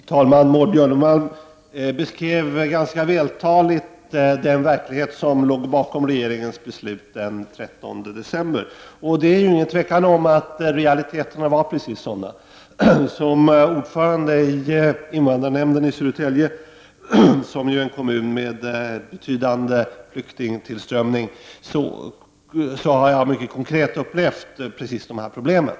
Fru talman! Maud Björnemalm beskrev ganska vältaligt den verklighet som låg bakom regeringens beslut den 13 december, och det är inget tvivel om att realiteterna var precis sådana. Som ordförande i invandrarnämnden i Södertälje, som är en kommun med betydande flyktingtillströmning, har jag mycket konkret upplevt precis de här problemen.